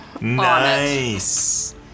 nice